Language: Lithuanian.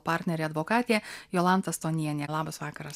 partnerė advokatė jolanta stonienė labas vakaras